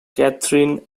catherine